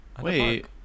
Wait